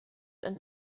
and